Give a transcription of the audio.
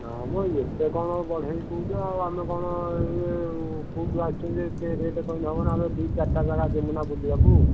ନା ମ ଏତେ କଣ ବଢ଼େଇକି କହୁଛ ଆଉ ଆମେ କଣ ଇଏ କୋଉଠୁ ଆସିଛୁ ଯେ ଏତେ ରେଟ୍ କହିନେ ହେବନା ଆମେ ଦୁଇ ଚାରଟା ଜାଗା ଯିମୁନା ବୁଲିବାକୁ